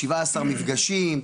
17 מפגשים,